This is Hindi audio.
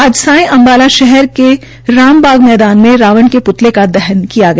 आज संय अम्बाला शहर के रामबाग मैदान में रावण के प्लते का दहन किया गया